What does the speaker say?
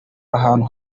ahantu